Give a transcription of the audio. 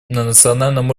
национальном